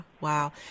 Wow